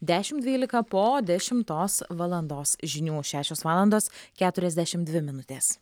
dešimt dvylika po dešimtos valandos žinių šešios valandos keturiasdešimt dvi minutės